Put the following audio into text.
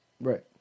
right